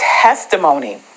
testimony